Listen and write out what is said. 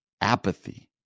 apathy